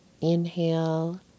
Inhale